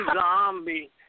zombie